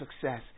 success